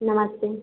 नमस्ते